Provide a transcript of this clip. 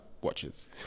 watches